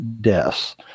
deaths